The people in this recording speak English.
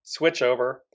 switchover